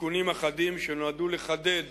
תיקונים אחדים, שנועדו לחדד